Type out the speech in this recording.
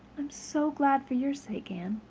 i'm so glad for your sake, anne.